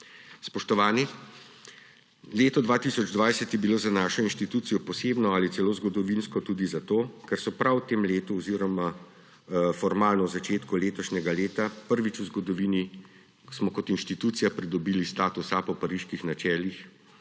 Spoštovani, leto 2020 je bilo za našo inštitucijo posebno ali celo zgodovinsko tudi zato, ker smo prav v tem letu oziroma formalno v začetku letošnjega leta prvič v zgodovini kot inštitucija pridobili status A po pariških načelih